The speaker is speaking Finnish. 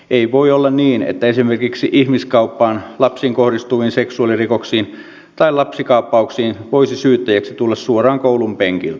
ei voi olla niin että esimerkiksi ihmiskauppaan lapsiin kohdistuviin seksuaalirikoksiin tai lapsikaappauksiin voisi syyttäjäksi tulla suoraan koulunpenkiltä